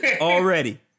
Already